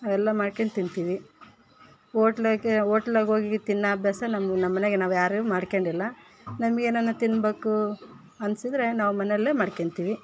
ಅವೆಲ್ಲ ಮಾಡ್ಕೊಂಡು ತಿಂತೀವಿ ಓಟ್ಲಗೆ ಓಟ್ಲಗೋಗಿ ತಿನ್ನೋ ಅಭ್ಯಾಸ ನಮ್ಮ ನಮ್ಮನೆಗೆ ನಾವ್ಯಾರೂ ಮಾಡ್ಕೊಂಡಿಲ್ಲ ನಮ್ಗೇನಾರು ತಿನ್ಬೇಕು ಅನಿಸಿದ್ರೆ ನಾವು ಮನೆಲ್ಲೇ ಮಾಡ್ಕೊಳ್ತೀವಿ